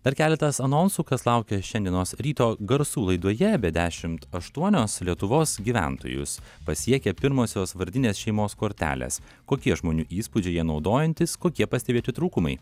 dar keletas anonsų kas laukia šiandienos ryto garsų laidoje be dešimt aštuonios lietuvos gyventojus pasiekė pirmosios vardinės šeimos kortelės kokie žmonių įspūdžiai ja naudojantis kokie pastebėti trūkumai